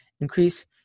increase